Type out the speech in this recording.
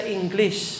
English